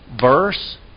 verse